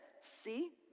see